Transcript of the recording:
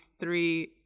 three